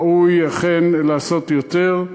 ראוי אכן לעשות יותר,